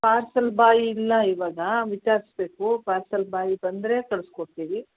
parcel boy ಇಲ್ಲ ಇವಾಗ ವಿಚಾರಿಸ್ಬೇಕು ಪಾರ್ಸಲ್ ಬಾಯ್ ಬಂದರೆ ಕಳಿಸ್ಕೊಡ್ತೀವಿ